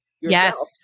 Yes